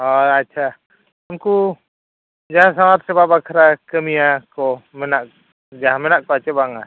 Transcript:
ᱦᱳᱭ ᱟᱪᱪᱷᱟ ᱩᱱᱠᱩ ᱡᱟᱦᱟᱸᱭ ᱥᱟᱶᱟᱨ ᱥᱮᱵᱟ ᱵᱟᱠᱷᱨᱟ ᱠᱟᱹᱢᱤᱭᱟ ᱠᱚ ᱢᱮᱱᱟᱜ ᱡᱟᱦᱟᱸ ᱢᱮᱱᱟᱜ ᱠᱚᱣᱟ ᱪᱮ ᱵᱟᱝᱟ